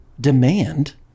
demand